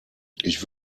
ich